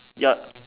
ya